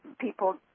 people